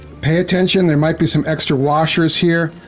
pay attention, there might be some extra washers here.